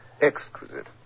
Exquisite